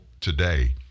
today